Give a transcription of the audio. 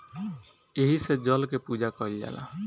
एही से जल के पूजा कईल जाला